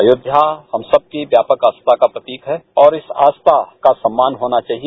अयोष्या हम सब की व्यापक आस्था का प्रतीक है और इस आस्था को सम्मान होना चाहिए